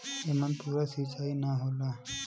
एमन पूरा सींचाई ना होला